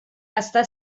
està